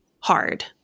hard